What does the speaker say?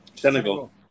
Senegal